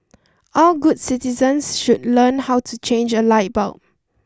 all good citizens should learn how to change a light bulb